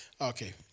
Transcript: Okay